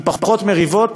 עם פחות מריבות,